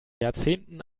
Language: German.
jahrzehnten